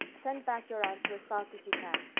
send back your answer as fast as you can,